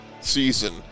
season